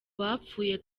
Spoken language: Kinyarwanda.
bapfuye